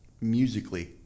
musically